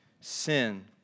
sin